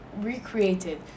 recreated